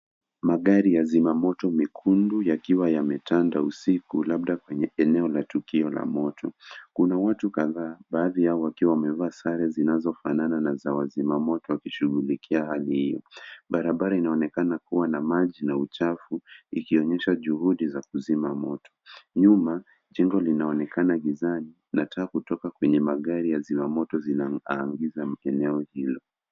Magari ya zima moto mekundu yakiwa na yametanda usiku labda kwenye eneo la tukio la moto. Kuna watu kadhaa baadhi yao wakiwa wamevaa sare zinazofanana na za wazima moto wakishughulikia hali hii. Barabara inaonekana kuwa na maji na uchafu ikionyesha juhudi za kuzima moto. Nyuma jengo linaonekana gizani na taa kutoka kwenye magari ya zima moto zinaangaza kwenye eneo hilo.